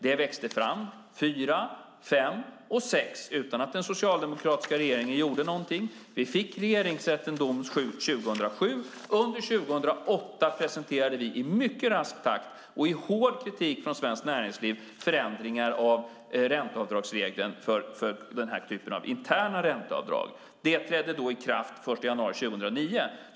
Det växte fram 2004, 2005 och 2006 utan att den socialdemokratiska regeringen gjorde någonting. Vi fick Regeringsrättens dom 2007. Under 2008 presenterade vi i mycket rask takt och under hård kritik från Svenskt Näringsliv förändringar av ränteavdragsregeln för den här typen av interna ränteavdrag. Det trädde i kraft den 1 januari 2009.